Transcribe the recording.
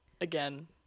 again